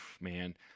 man